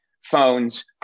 phones